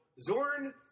Zorn